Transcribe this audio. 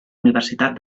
universitat